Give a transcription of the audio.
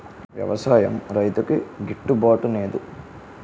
వ్యవసాయం రైతుకి గిట్టు బాటునేదు